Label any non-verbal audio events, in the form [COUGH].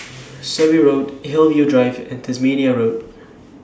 [NOISE] Surrey Road Hillview Drive and Tasmania Road